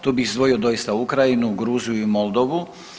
Tu bih izdvojio doista Ukrajinu, Gruziju i Moldovu.